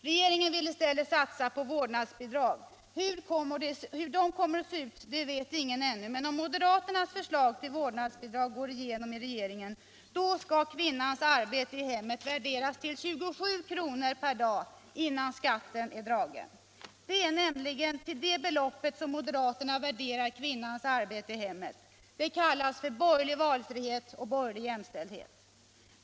Regeringen vill i stället satsa på vårdnadsbidrag. Hur de kommer att se ut vet ingen ännu, men om moderaternas förslag till vårdnadsbidrag går igenom i regeringen skall kvinnans arbete i hemmet värderas till 27 kr. per dag innan skatten är dragen. Det är så moderaterna värderar kvinnans arbete i hemmet. Det kallas borgerlig valfrihet och borgerlig jämställdhet.